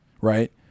right